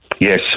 yes